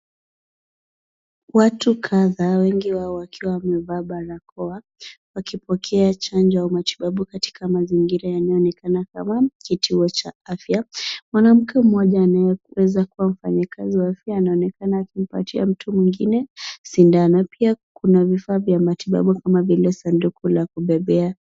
Watu kadhaa wengi wao wakiwa wamevaa barakoa wakipokea chanjo ya matibabu katika mazingira yanayoonekana kituo cha afya. Mwanamke mmoja anayeweza kuwa mfanyakazi wa afya anaonekana akimpatia mtu mwingine sindano. Pia kuna vifaa vya matibabu kama vile sanduku la kubebea.